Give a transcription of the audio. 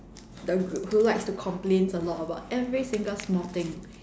the group who likes to complains a lot about every single small thing